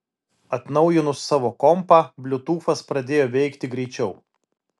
atnaujinus savo kompą bliutūfas pradėjo veikti greičiau